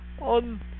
on